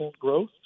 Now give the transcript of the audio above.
growth